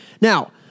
Now